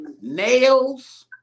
Nails